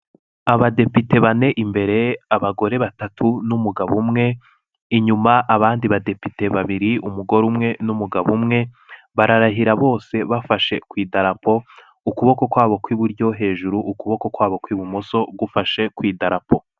Abadepite bane imbere, abagore batatu n'umugabo umwe, inyuma abandi badepite babiri, umugore umwe n'umugabo umwe, bararahira bose bafashe ku idarapo, ukuboko kwabo kw'iburyo hejuru, ukuboko kwabo kw'ibumoso gufashe ku idarapo.